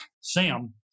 Sam